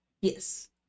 yes